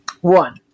One